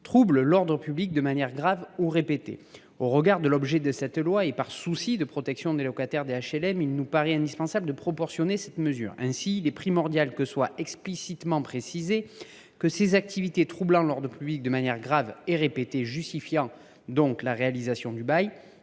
troublent l’ordre public de manière grave ou répétée. Au regard de l’objet de la présente proposition de loi, et par souci de protection des locataires des HLM, il nous paraît indispensable de proportionner cette mesure. Ainsi, il est primordial qu’il soit explicitement précisé que les activités troublant l’ordre public de manière grave et répétée et qui justifient la résiliation du bail